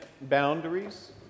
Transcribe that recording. boundaries